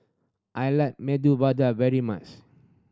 I like Medu Vada very much